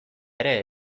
ere